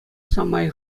самай